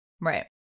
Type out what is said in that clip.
Right